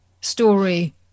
story